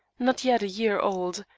not yet a year old,